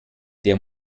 der